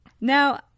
Now